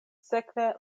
sekve